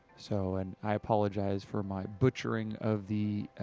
so, and i apologize for my butchering of the, ah,